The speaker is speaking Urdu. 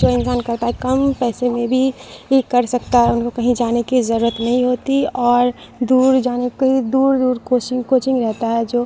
جو انسان کہتا ہے کم پیسے میں بھی ہی کر سکتا ہے ان کو کہیں جانے کی ضرورت نہیں ہوتی اور دور جانے کی دور دور کوچنگ کوچنگ رہتا ہے جو